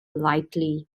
lightly